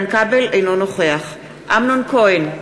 אינו נוכח אמנון כהן,